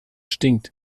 stinkt